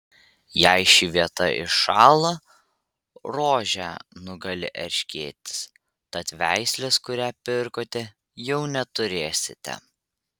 jei ši vieta iššąla rožę nugali erškėtis tad veislės kurią pirkote jau neturėsite